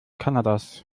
kanadas